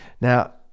Now